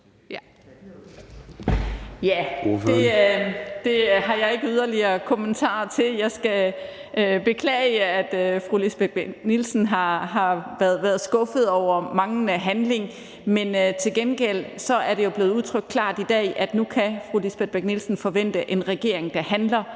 Ja, det har jeg ikke yderligere kommentarer til. Jeg skal beklage, at fru Lisbeth Bech-Nielsen har været skuffet over manglende handling. Til gengæld er det jo blevet udtrykt klart i dag, at nu kan fru Lisbeth Bech-Nielsen forvente en regering, der handler,